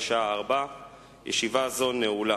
בשעה 16:00. ישיבה זו נעולה.